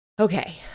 Okay